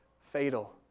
fatal